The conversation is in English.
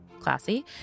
classy